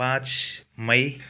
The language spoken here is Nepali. पाँच मई